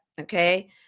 Okay